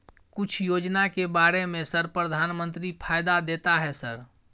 कुछ योजना के बारे में सर प्रधानमंत्री फायदा देता है सर?